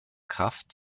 kraft